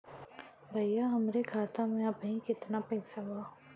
भईया हमरे खाता में अबहीं केतना पैसा बा?